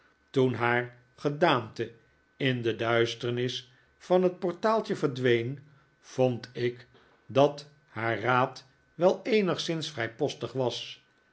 toen haar gedaante in de duisternis van het portaaltje verdween vond ik dat haar raad wel eenigszins vrijpostig was